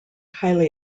highly